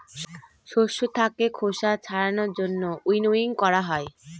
শস্য থাকে খোসা ছাড়ানোর জন্য উইনউইং করা হয়